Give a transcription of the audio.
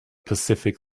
pacific